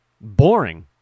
Boring